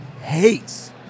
Hates